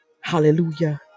hallelujah